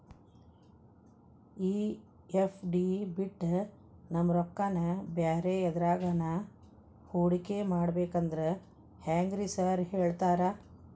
ಈ ಎಫ್.ಡಿ ಬಿಟ್ ನಮ್ ರೊಕ್ಕನಾ ಬ್ಯಾರೆ ಎದ್ರಾಗಾನ ಹೂಡಿಕೆ ಮಾಡಬೇಕಂದ್ರೆ ಹೆಂಗ್ರಿ ಸಾರ್ ಹೇಳ್ತೇರಾ?